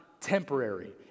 temporary